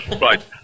right